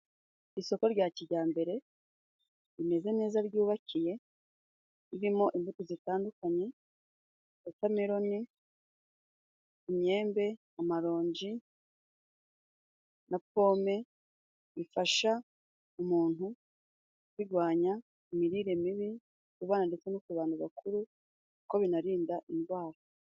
Isoko rya kijyambere rimeze neza, ryubakiye, ririmo imbuto zitandukanye: wotameroni, imyembe, amarongi na pome. Bifasha umuntu kwirwanya imirire mibi, ku bana ndetse no ku bantu bakuru, ko binarinda indwara.